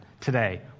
today